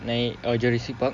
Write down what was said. naik uh jurassic park